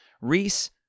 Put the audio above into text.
Reese